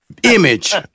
image